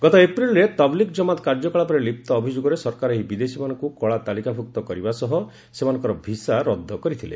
ଗତ ଏପ୍ରିଲ୍ରେ ତବଲିଗ୍ ଜମାତ କାର୍ଯ୍ୟକଳାପରେ ଲିପ୍ତ ଅଭିଯୋଗରେ ସରକାର ଏହି ବିଦେଶୀମାନଙ୍କୁ କଳାତାଳିକାଭୁକ୍ତ କରିବା ସହ ସେମାନଙ୍କର ଭିସା ରଦ୍ଦ କରିଥିଲେ